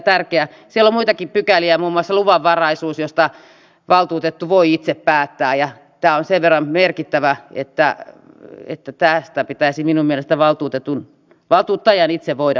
siellä on muitakin pykäliä muun muassa luvanvaraisuus joista valtuutettu voi itse päättää ja tämä on sen verran merkittävä asia että tästä pitäisi minun mielestäni valtuuttajan itse voida päättää